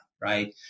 right